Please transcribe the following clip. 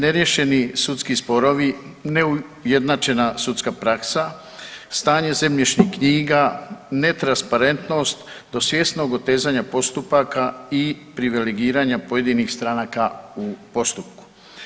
Neriješeni sudski sporovi, neujednačena sudska praksa, stanje zemljišnih knjiga, netransparentnost do svjesnog otezanja postupaka i privilegiranja pojedinih stranaka u postupku.